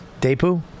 Depu